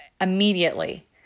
immediately